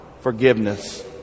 forgiveness